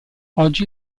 oggi